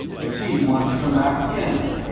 does he want to come back to canada?